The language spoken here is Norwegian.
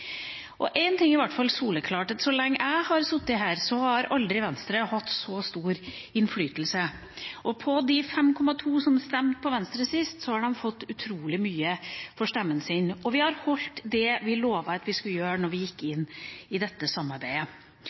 ting er i hvert fall soleklart, at så lenge jeg har sittet her, har Venstre aldri hatt så stor innflytelse som nå. De 5,2 pst. som stemte på Venstre sist, har fått utrolig mye for stemmen sin. Og vi har holdt det vi lovet at vi skulle gjøre da vi gikk inn i dette samarbeidet.